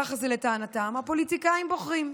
ככה זה, לטענתם, הפוליטיקאים בוחרים.